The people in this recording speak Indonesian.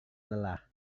lelah